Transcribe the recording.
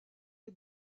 les